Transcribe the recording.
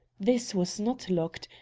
this was not locked,